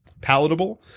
palatable